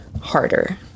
harder